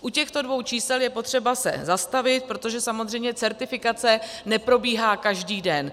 U těchto dvou čísel je potřeba se zastavit, protože samozřejmě certifikace neprobíhá každý den.